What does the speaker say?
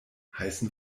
heißen